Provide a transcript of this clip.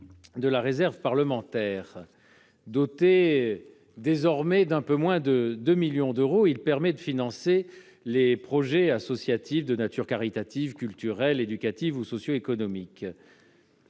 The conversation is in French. de la réserve parlementaire. Doté désormais d'un peu moins de 2 millions d'euros, il permet de financer des projets associatifs de nature caritative, culturelle, éducative ou socio-économique.